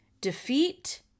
defeat